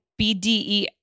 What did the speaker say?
BDE